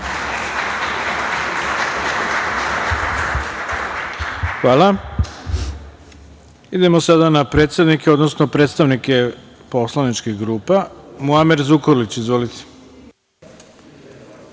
Hvala. Idemo sada na predsednike, odnosno predstavnike poslaničkih grupa. Muamer Zukorlić ima reč.